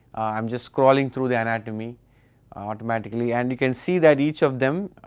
i am just calling to the anatomy automatically and you can see that each of them,